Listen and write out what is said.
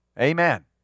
Amen